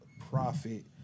profit